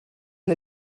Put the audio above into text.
the